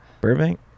Burbank